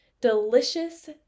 delicious